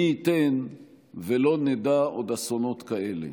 מי ייתן ולא נדע עוד אסונות כאלה.